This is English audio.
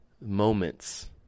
moments